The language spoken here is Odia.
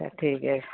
ଆଚ୍ଛା ଠିକ୍ ଅଛି